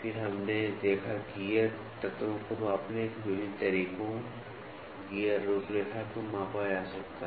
फिर हमने देखा गियर तत्वों को मापने के विभिन्न तरीकों गियर रूपरेखा को मापा जा सकता है